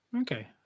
Okay